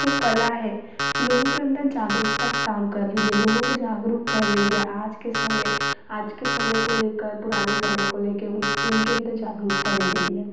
जो कला है लोगों के अंदर जागरूकता का काम कर रही है लोगों को जागरूक कर रही है आज के समय आज के समय को लेकर पुराने समय लेकर उनके अंदर जागरूकता दे रही है